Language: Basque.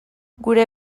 gure